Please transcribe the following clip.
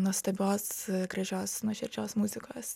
nuostabios gražios nuoširdžios muzikos